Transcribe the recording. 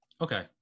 Okay